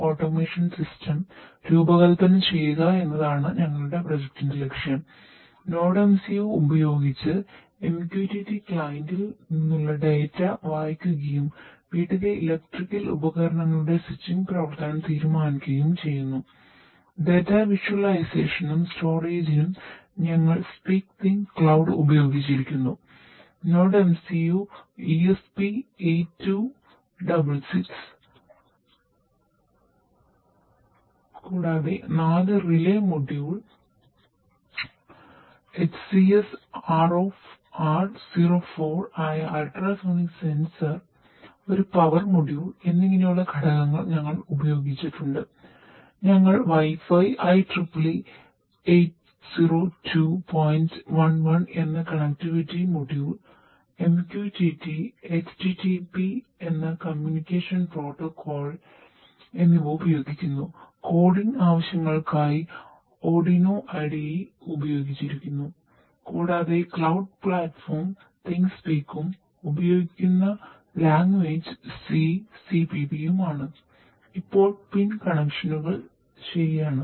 11 എന്ന കണക്റ്റിവിറ്റി മൊഡ്യൂൾശരിയാണ്